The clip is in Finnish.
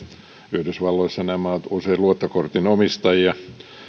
yhdysvalloissa nämä ovat usein luottokortin omistajia ja